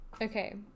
Okay